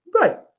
Right